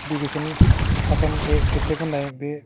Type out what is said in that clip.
education Assam एसेक होननाय बे